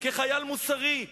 כחייל מוסרי,